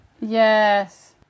Yes